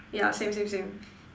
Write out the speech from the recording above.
yeah same same same